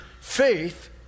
Faith